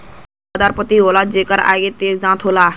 इ घुमाव दार पत्ती होला जेकरे आगे तेज दांत होखेला